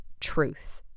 truth